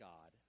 God